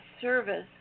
service